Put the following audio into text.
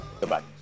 Goodbye